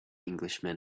englishman